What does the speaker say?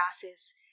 grasses